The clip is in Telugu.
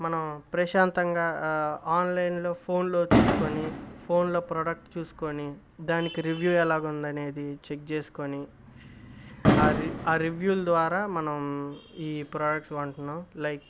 మనం ప్రశాంతంగా ఆన్లైన్లో ఫోన్లో చూసుకుని ఫోన్లో ప్రోడక్ట్ చూసుకొని దానికి రివ్యూ ఎలాగుందనేది చెక్ చేసుకొని ఆ రి ఆ రివ్యూల ద్వారా మనం ఈ ప్రోడక్ట్స్ కొంటున్నాం లైక్